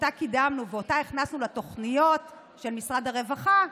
שקידמנו ושהכנסנו לתוכניות של משרד הרווחה,